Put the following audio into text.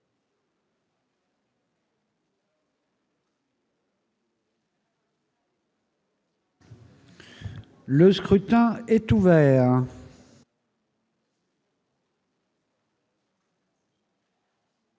Le scrutin est ouvert.